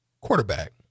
Quarterback